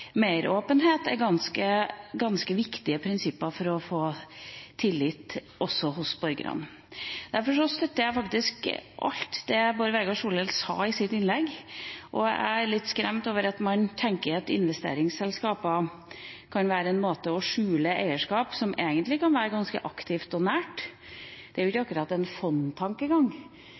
«meråpenhet», er ganske viktige prinsipper for å få tillit også hos borgerne. Derfor støtter jeg alt det Bård Vegar Solhjell sa i sitt innlegg. Jeg er litt skremt av at man tenker at investeringsselskap kan være en måte å skjule eierskap som egentlig kan være ganske aktivt og nært. Det er